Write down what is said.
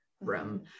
room